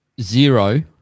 zero